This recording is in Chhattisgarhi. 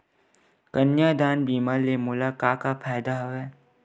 कन्यादान बीमा ले मोला का का फ़ायदा हवय?